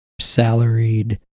salaried